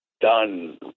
done